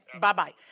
bye-bye